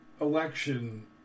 election